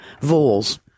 voles